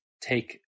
take